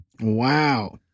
Wow